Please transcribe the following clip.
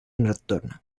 nocturna